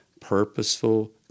purposeful